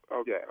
Okay